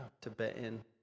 Tibetan